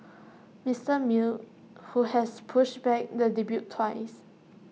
Mister who has pushed back the debut twice